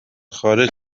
خارج